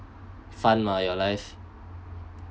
fun mah your life